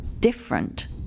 different